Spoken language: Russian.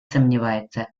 сомневается